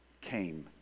came